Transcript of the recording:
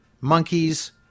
monkeys